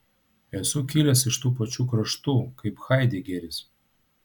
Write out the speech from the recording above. esu kilęs iš tų pačių kraštų kaip haidegeris